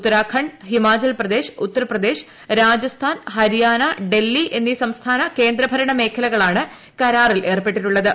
ഉത്തരാഖണ്ഡ് ഹിമാചൽ പ്രദേശ് ഉത്തർപ്രദേശ് രാജസ്ഥാൻ ഹരിയാന ഡൽഹി എന്നീ സംസ്ഥാന കേന്ദ്ര ഭരണ മേഖലകളാണ് കരാറിൽ ഏർപ്പെട്ടിട്ടുള്ളത്